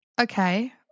Okay